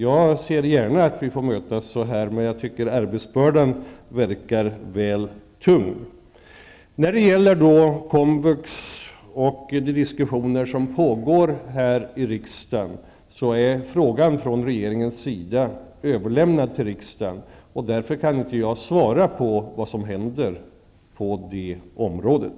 Jag ser gärna att vi får mötas så här, men jag tycker arbetsbördan verkar väl tung. När det gäller komvux är frågan från regeringens sida överlämnad till riksdagen, och jag kan inte svara på vad som händer här i riksdagen på det området.